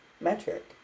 metric